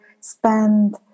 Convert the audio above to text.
spend